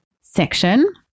section